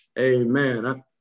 Amen